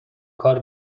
کار